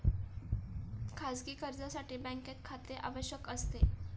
खाजगी कर्जासाठी बँकेत खाते आवश्यक असते